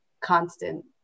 constant